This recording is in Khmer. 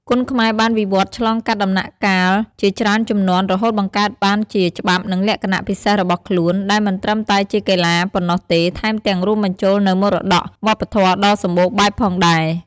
គុនខ្មែរបានវិវត្តន៍ឆ្លងកាត់ដំណាក់កាលជាច្រើនជំនាន់ រហូតបង្កើតបានជាច្បាប់និងលក្ខណៈពិសេសរបស់ខ្លួន ដែលមិនត្រឹមតែជាកីឡាប៉ុណ្ណោះទេ ថែមទាំងរួមបញ្ចូលនូវមរតកវប្បធម៌ដ៏សម្បូរបែបផងដែរ។